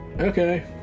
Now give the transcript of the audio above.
Okay